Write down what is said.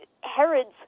herod's